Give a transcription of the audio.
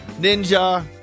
Ninja